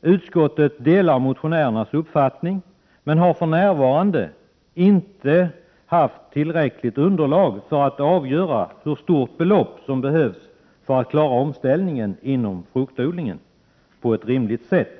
Utskottet delar motionärernas uppfattning men har för närvarande inte haft tillräckligt underlag för att avgöra hur stort belopp som behövs för att klara omställningen inom fruktodlingen på ett rimligt sätt.